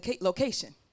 location